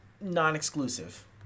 non-exclusive